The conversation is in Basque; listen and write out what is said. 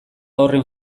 horren